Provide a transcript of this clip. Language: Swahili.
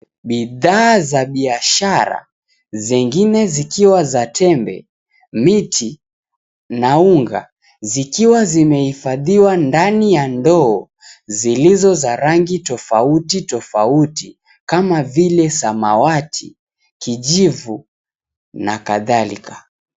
Bidhaa za biashara zengine zikiwa za tembe, miti na unga zikiwa zimehifadhiwa ndani ya ndoo zilizo na rangi tofauti tofauti kama vile samawati, kijivu na kadhalika.